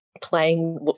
playing